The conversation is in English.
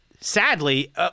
Sadly